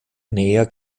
näher